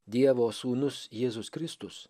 dievo sūnus jėzus kristus